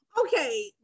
okay